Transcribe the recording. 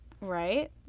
Right